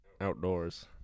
outdoors